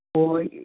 ꯍꯣꯏ